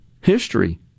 history